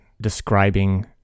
describing